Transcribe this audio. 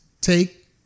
take